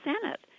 Senate